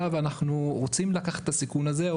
אנחנו רוצים לקחת את הסיכון הזה,